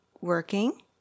working